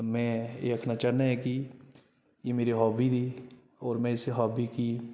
में एह् आखना चाह्न्नां ऐं कि एह् मेरी हाॅबी थी होर में इस हाॅबी गी